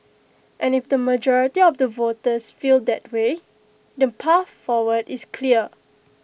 and if the majority of the voters feel that way the path forward is clear